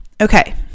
Okay